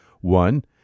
one